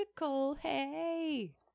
hey